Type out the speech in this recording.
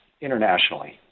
internationally